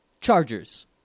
Chargers